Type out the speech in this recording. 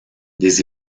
des